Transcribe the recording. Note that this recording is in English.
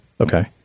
Okay